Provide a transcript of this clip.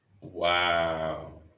Wow